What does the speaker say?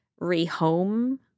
rehome